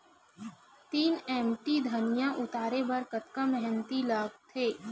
तीन एम.टी धनिया उतारे बर कतका मेहनती लागथे?